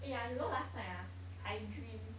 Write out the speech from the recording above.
eh ah you know last night ah I dream